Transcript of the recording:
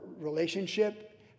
relationship